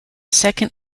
second